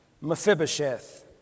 Mephibosheth